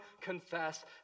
confess